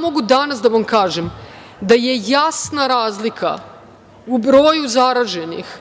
Mogu danas da vam kažem da je jasna razlika u broju zaraženih